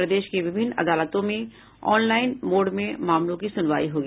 प्रदेश मे विभिन्न अदालतों में ऑनलाइन मोड में मामलों की सुनवाई होगी